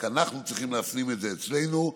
רק אנחנו צריכים להפנים את זה אצלנו.